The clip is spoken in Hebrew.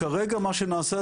כרגע מה שעושים,